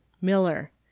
Miller